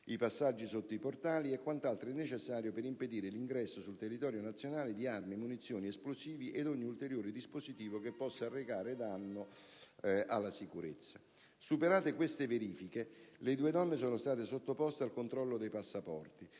i passaggi sotto i portali e quant'altro è necessario per impedire l'ingresso sul territorio nazionale di armi, munizioni, esplosivi ed ogni ulteriore dispositivo che possa arrecare danno alla sicurezza. Superate queste verifiche, le due donne sono state sottoposte al controllo dei passaporti,